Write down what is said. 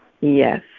Yes